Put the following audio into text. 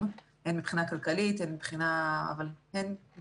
הן מבחינה כלכלית והן מבחינה בריאותית.